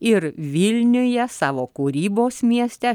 ir vilniuje savo kūrybos mieste